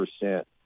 percent